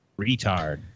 Retard